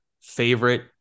favorite